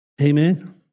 Amen